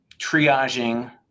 triaging